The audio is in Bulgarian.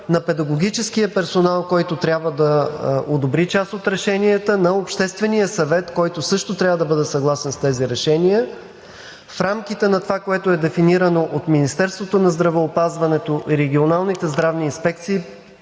на педагогическия персонал, който трябва да одобри част от решенията на Обществения съвет, който също трябва да бъде съгласен с тези решения. В рамките на това, което е дефинирано от Министерството на здравеопазването, регионалните здравни инспекции,